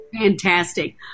Fantastic